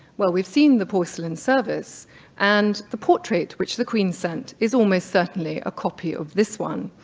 well, we've seen the porcelain service and the portrait which the queen sent is almost certainly a copy of this one.